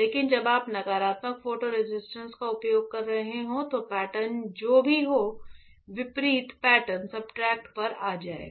लेकिन जब आप एक नकारात्मक फोटो रेसिस्ट का उपयोग कर रहे हों तो पैटर्न जो भी हो विपरीत पैटर्न सबस्ट्रेट पर आ जाएगा